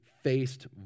faced